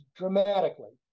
dramatically